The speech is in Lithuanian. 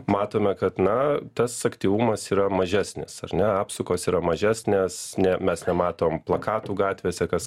matome kad na tas aktyvumas yra mažesnis ar ne apsukos yra mažesnės ne mes nematom plakatų gatvėse kas